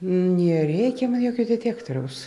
nereikia man jokio detektoriaus